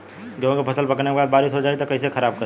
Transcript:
गेहूँ के फसल पकने के बाद बारिश हो जाई त कइसे खराब करी फसल के?